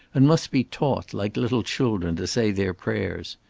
and must be taught, like little children to say their prayers.